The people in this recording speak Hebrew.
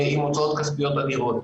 עם הוצאות כספיות אדירות.